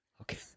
Okay